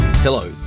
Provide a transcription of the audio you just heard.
Hello